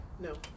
No